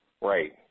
Right